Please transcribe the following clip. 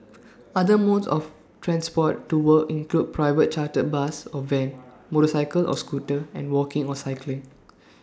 other modes of transport to work include private chartered bus or van motorcycle or scooter and walking or cycling